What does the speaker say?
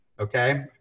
okay